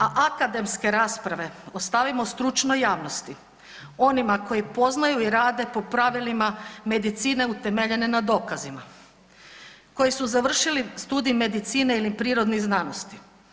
A akademske rasprave ostavimo stručne javnosti onima koji poznaju i rade po pravilima medicine utemeljene na dokazima, koji su završili studij medicine ili prirodnih znanosti.